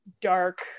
dark